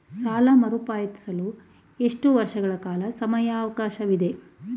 ಸಾಲ ಮರುಪಾವತಿಸಲು ಎಷ್ಟು ವರ್ಷಗಳ ಸಮಯಾವಕಾಶವಿದೆ?